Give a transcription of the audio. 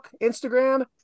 Instagram